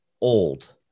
old